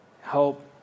help